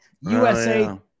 USA